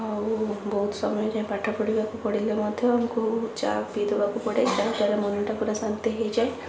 ହଉ ବହୁତ ସମୟ ଯାଏଁ ପାଠ ପଢ଼ିବାକୁ ପଡ଼ିଲେ ମଧ୍ୟ ଆମକୁ ଚା ପି ଦେବାକୁ ପଡ଼େ ତା ପରେ ମନଟା ପୁରା ଶାନ୍ତ ହୋଇଯାଏ